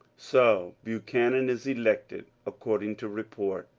so buchanan is elected according to report.